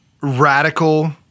radical